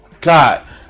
God